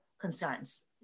concerns